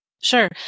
Sure